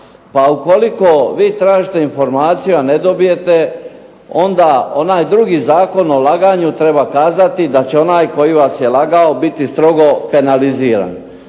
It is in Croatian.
pa ukoliko vi tražite informacije a ne dobijete onda onaj drugi Zakon o laganju treba kazati da će onaj koji vas je lagao biti strogo penaliziran.